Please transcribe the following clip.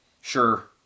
Sure